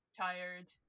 tired